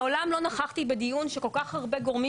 מעולם לא נכחתי בדיון שכל כך הרבה גורמים